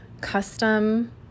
custom